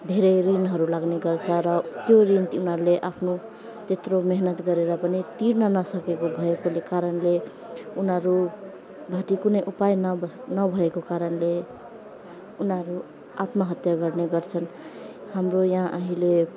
धेरै ऋणहरू लाग्ने गर्छ र त्यो ऋण तिनीहरूले आफ्नो त्यत्रो मिहिनेत गरेर पनि तिर्न नसकेको भएकोले कारणले उनीहरू हो त्यो कुनै उपाय नभ नभएको कारणले उनीहरू आत्महत्या गर्ने गर्छन् हाम्रो यहाँ अहिले